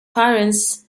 parents